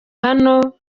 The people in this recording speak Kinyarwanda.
hano